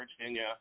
Virginia